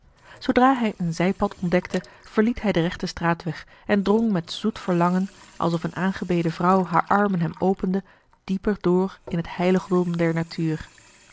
zoodra hij een zijpad ontdekte verliet hij den rechten straatweg en drong met zoet verlangen alsof een aangebeden vrouw haar armen hem opende dieper door in het heiligdom der natuur